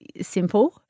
simple